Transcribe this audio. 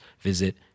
visit